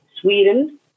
Sweden